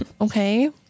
Okay